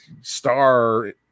star